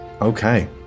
okay